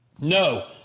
No